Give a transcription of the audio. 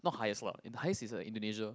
not highest lah in highest is the Indonesia